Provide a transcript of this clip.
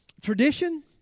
tradition